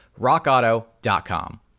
rockauto.com